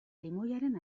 limoiaren